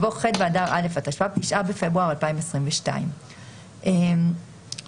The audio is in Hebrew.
יבוא "ח' באדר א' התשפ"ב (9 בפברואר 2022)". תחילה2.תחילתה